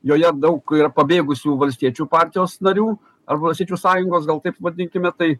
joje daug yra pabėgusių valstiečių partijos narių arba valstiečių sąjungos gal taip vadinkime tai